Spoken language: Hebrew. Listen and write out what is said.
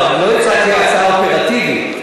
לא, אבל לא הצעתי הצעה אופרטיבית.